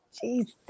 Jesus